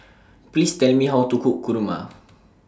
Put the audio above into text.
Please Tell Me How to Cook Kurma